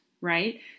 right